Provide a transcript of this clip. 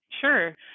Sure